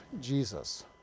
Jesus